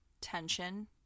tension